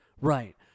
Right